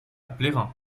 plérin